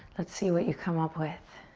let's see what you come up with.